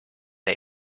der